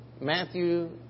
Matthew